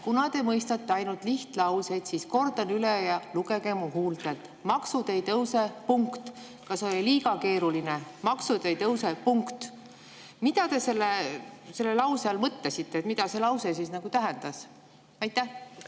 "Kuna te mõistate ainult lihtlauseid, siis kordan üle ja lugege mu huultelt: maksud ei tõuse. Punkt. Kas oli liiga keeruline? Maksud ei tõuse. Punkt." Mida te nende lausete all mõtlesite? Mida need laused tähendasid?